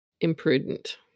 imprudent